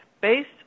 based